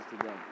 today